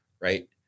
right